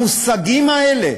המושגים האלה